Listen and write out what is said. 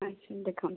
ଆଚ୍ଛା ଦେଖାନ୍ତୁ